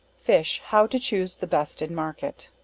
fish, how to choose the best in market.